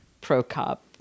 pro-cop